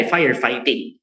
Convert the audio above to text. Firefighting